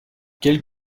quelle